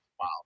wow